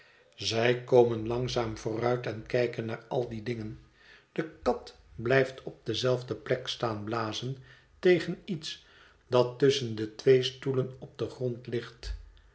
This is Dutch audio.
zij komen langzaam vooruit en kijken naar al die dingen de kat blijft op dezelfde plek staan blazen tegen iets dat tusschen de twee stoelen op den grond ligt